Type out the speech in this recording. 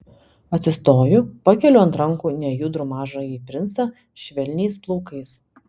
atsistoju pakeliu ant rankų nejudrų mažąjį princą švelniais plaukais